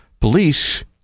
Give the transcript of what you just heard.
Police